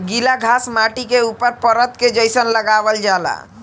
गिला घास माटी के ऊपर परत के जइसन लगावल जाला